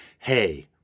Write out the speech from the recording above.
hey